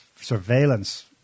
surveillance